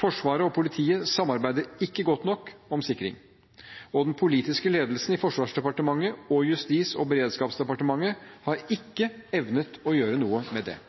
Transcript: Forsvaret og politiet samarbeider ikke godt nok om sikring, og den politiske ledelsen i Forsvarsdepartementet og Justis- og beredskapsdepartementet har ikke evnet å gjøre noe med det.